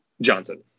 Johnson